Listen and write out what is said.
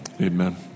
Amen